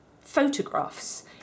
photographs